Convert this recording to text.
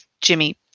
Jimmy